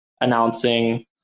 announcing